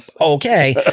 okay